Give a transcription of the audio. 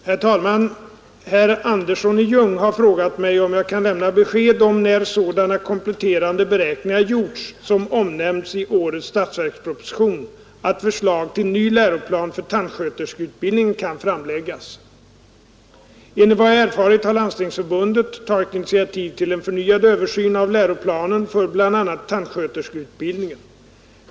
Herr talman! Herr Andersson i Ljung har frågat mig om jag kan lämna besked om när sådana kompletterande beräkningar gjorts, som omnämns i årets statsverksproposition, att förslag till ny läroplan för tandsköterskeutbildningen kan framläggas. Enligt vad jag erfarit har Landstingsförbundet tagit initiativ till en förnyad översyn av läroplanen för bl.a. tandsköterskeutbildningen.